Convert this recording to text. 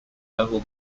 level